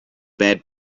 bad